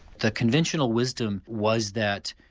the conventional wisdom was that.